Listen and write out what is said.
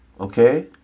Okay